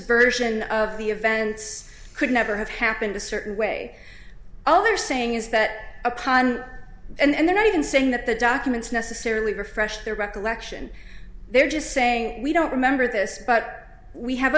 version of the events could never have happened a certain way all they're saying is that upon and they're not even saying that the documents necessarily refresh their recollection they're just saying we don't remember this but we have a